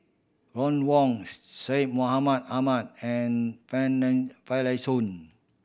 Ron Wong Syed Mohamed Ahmed and Finlayson